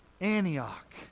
Antioch